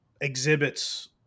exhibits